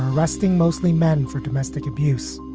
arresting mostly men for domestic abuse